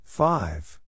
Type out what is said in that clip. Five